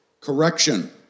Correction